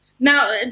Now